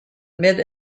mid